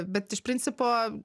bet iš principo